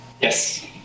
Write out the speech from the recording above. Yes